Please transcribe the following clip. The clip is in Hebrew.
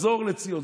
לחזור לציון,